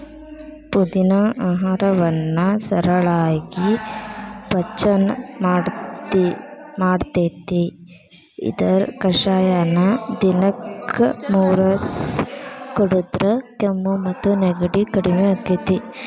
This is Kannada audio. ಪುದಿನಾ ಆಹಾರವನ್ನ ಸರಳಾಗಿ ಪಚನ ಮಾಡ್ತೆತಿ, ಇದರ ಕಷಾಯನ ದಿನಕ್ಕ ಮೂರಸ ಕುಡದ್ರ ಕೆಮ್ಮು ಮತ್ತು ನೆಗಡಿ ಕಡಿಮಿ ಆಕ್ಕೆತಿ